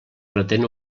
pretén